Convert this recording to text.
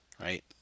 right